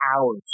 hours